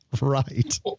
Right